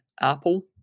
Apple